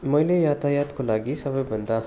मैले यातायातको लागि सबैभन्दा